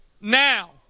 now